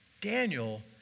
Daniel